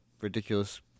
ridiculous